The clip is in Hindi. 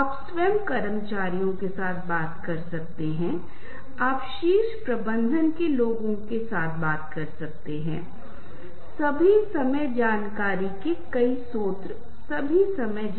संस्कृति यह संगीत धारणा से संबंधित है संस्कृति से संबंधित है यह संबंधित भावनाएं हैं जैसा कि मैंने आपको थोड़ा पहले बताया था क्योंकि वे सकारात्मक और नकारात्मक भावनाओं को संप्रेषित करने के लिए विशिष्ट रूप से प्रबंधित करते हैं और उनके पास है जाहिर है विशिष्ट संदर्भ हैं